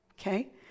okay